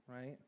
right